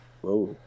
Whoa